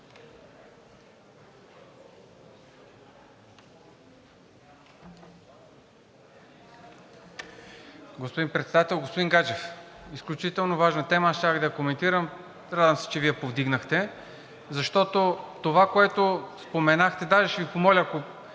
Господин Председател! Господин Гаджев, изключително важна тема. Аз щях да я коментирам. Радвам се, че Вие я повдигнахте, защото това, което споменахте – даже ще Ви помоля, ако